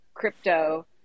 crypto